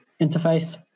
interface